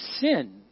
sin